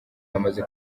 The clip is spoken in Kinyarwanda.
bamaze